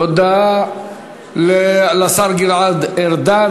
תודה לשר גלעד ארדן.